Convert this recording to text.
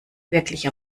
wirklich